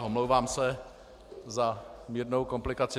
Omlouvám se za mírnou komplikaci.